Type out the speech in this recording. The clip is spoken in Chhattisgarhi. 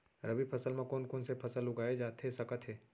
रबि फसल म कोन कोन से फसल उगाए जाथे सकत हे?